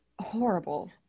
horrible